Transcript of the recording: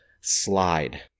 slide